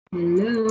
Hello